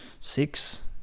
six